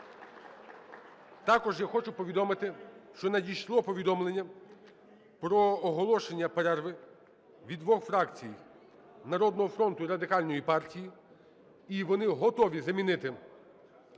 Також я хочу повідомити, що надійшло повідомлення про оголошення перерви від двох фракцій – "Народного фронту" і Радикальної партії. І вони готові замінити перерву на